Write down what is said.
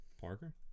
Parker